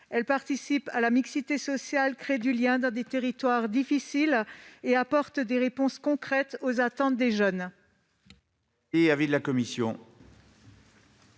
Elles participent à la mixité sociale et créent du lien dans des territoires difficiles. Elles apportent des réponses concrètes aux attentes des jeunes.